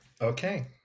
Okay